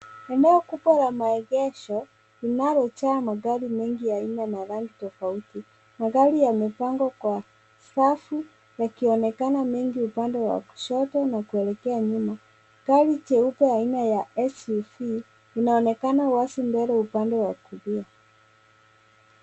Eneo kubwa la maegesho linalojaa magari mengi ya aina na rangi tofauti. Magari yamepangwa kwa safu yakionekana mengi upande wa kushoto na kuelekea nyuma. Gari jeupe aina ya SUV linaonekana wazi mbele upande wa kulia.